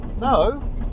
No